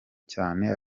cyane